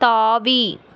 தாவி